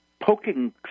poking